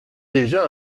déjà